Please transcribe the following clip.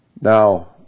Now